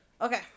Okay